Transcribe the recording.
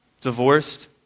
divorced